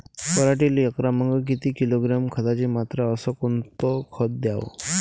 पराटीले एकरामागं किती किलोग्रॅम खताची मात्रा अस कोतं खात द्याव?